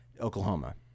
Oklahoma